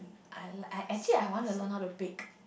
I like I actually I want to learn how to bake